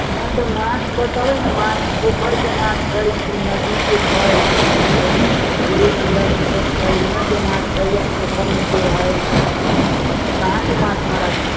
नहि तऽ माछ बतेबै ने माछ पोखरके माछ छै कि नदीके छै जे बूढ़ी गण्डक ई सभ छै ओहिमेके माछ छै या पोखरमेके है कहाँके माछ मराइ छै